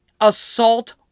Assault